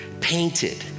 painted